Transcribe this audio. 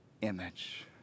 image